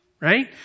right